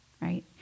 right